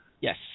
Yes